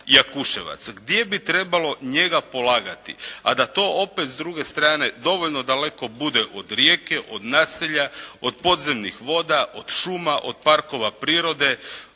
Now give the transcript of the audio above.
Jakuševac, gdje bi trebalo njega polagati a da to opet s druge strane dovoljno daleko bude od Rijeke, od naselja, od podzemnih voda, od šuma, od parkova prirode,